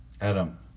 Adam